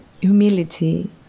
humility